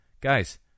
Guys